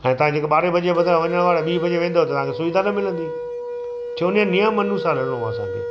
ऐं तव्हां जेके ॿारहें बजे बदिरां वञणु वारा ॿीं बजे वेंदव त तव्हांखे सुविधा न मिलंदी छो उन नेमु अनुसार हलिणो आहे असांखे